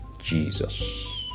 Jesus